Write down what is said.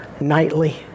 nightly